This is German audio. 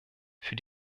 für